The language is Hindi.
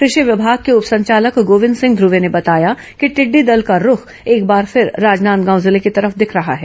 कृषि विभाग के उप संचालक गोविंद सिंह ध्रवे ने बताया कि टिड्डी दल का रूख एक बार फिर राजनादगांव जिले की तरफ दिख रहा है